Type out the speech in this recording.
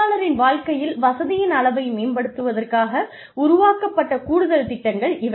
பணியாளரின் வாழக்கையில் வசதியின் அளவை மேம்படுத்துவதற்காக உருவாக்கப்பட்ட கூடுதல் திட்டங்கள் இவை